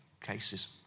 cases